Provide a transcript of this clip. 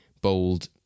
bold